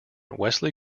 wesley